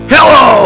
Hello